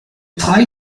travail